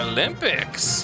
Olympics